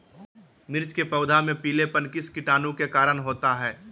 मिर्च के पौधे में पिलेपन किस कीटाणु के कारण होता है?